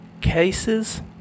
cases